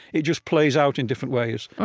it just plays out in different ways